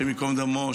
השם ייקום דמו,